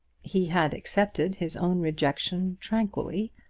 he had accepted his own rejection tranquilly,